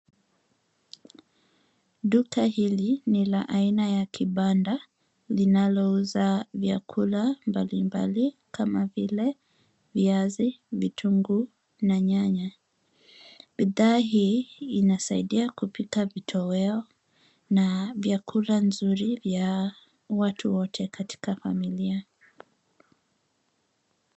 Duka hili ni la aina ya kibanda linalouza vyakula mbalimbal ikama vile viazi, vitunguu na nyanya. Bidhaa hii inasaidia kupika vitoweo na vyakula nzuri vya watu wote katika familia.